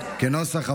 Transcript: סעיף